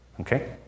Okay